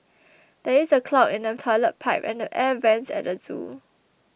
there is a clog in the Toilet Pipe and the Air Vents at the zoo